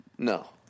No